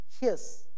yes